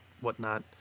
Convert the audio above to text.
whatnot